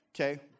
Okay